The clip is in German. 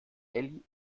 elli